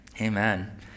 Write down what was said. Amen